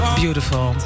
beautiful